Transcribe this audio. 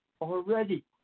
already